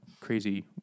crazy